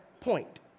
point